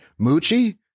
Moochie